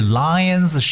lions